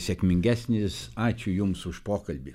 sėkmingesnis ačiū jums už pokalbį